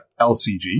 LCG